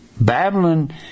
Babylon